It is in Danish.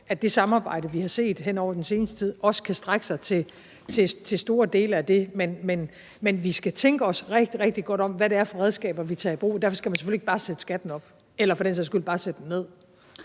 at det samarbejde, vi har set hen over den seneste tid, også kan strække sig til store dele af det. Men vi skal tænke os rigtig, rigtig godt om, når det gælder, hvilke redskaber vi tager i brug, og derfor skal man selvfølgelig ikke bare sætte skatten op – eller for den sags skyld bare sætte den ned.